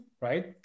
right